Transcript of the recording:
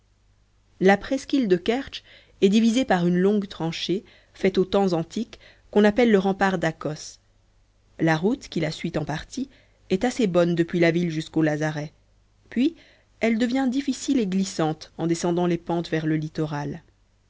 la presqu'île de kertsch est divisée par une longue tranchée faite aux temps antiques qu'on appelle le rempart d'akos la route qui la suit en partie est assez bonne depuis la ville jusqu'au lazaret puis elle devient difficile et glissante en descendant les pentes vers le littoral